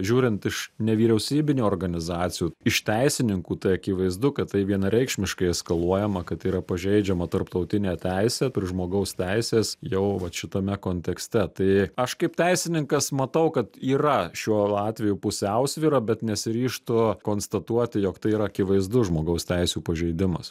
žiūrint iš nevyriausybinių organizacijų iš teisininkų tai akivaizdu kad tai vienareikšmiškai eskaluojama kad yra pažeidžiama tarptautinė teisė per žmogaus teises jau vat šitame kontekste tai aš kaip teisininkas matau kad yra šiuo atveju pusiausvyra bet nesiryžtu konstatuoti jog tai yra akivaizdus žmogaus teisių pažeidimas